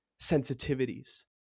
sensitivities